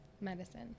medicine